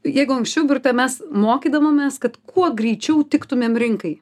jeigu anksčiau mes mokydavomės kad kuo greičiau tiktumėm rinkai